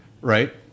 right